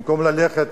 במקום ללכת